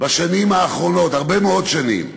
בשנים האחרונות, הרבה מאוד שנים.